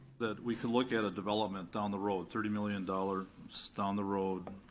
that we can look at a development down the road, thirty million dollars so down the road